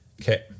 Okay